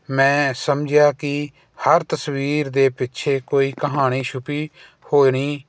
ਮੈਂ ਸਮਝਿਆ ਕਿ ਹਰ ਤਸਵੀਰ ਦੇ ਪਿੱਛੇ ਕੋਈ ਕਹਾਣੀ ਛੁਪੀ ਹੋਣੀ